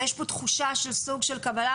ויש פה תחושה של סוג של קבלה,